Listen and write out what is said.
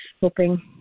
hoping